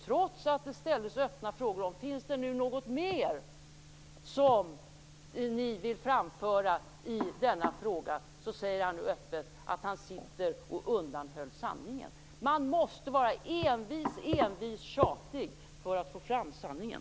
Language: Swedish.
Trots att det ställdes öppna frågor om det fanns något mer att framföra i frågan satt han där och undanhöll sanningen. Man måste vara envis och tjatig för att få fram sanningen.